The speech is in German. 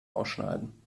ausschneiden